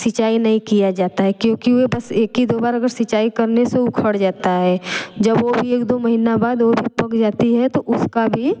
सिंचाई नहीं किया जाता है क्योंकि वो बस एक ही दो बार अगर सिंचाई करने से उखड़ जाता है जब वो भी एक दो महीना बाद वो भी पक जाती है तो उसका भी